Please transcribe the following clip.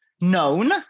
known